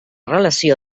relació